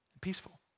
Peaceful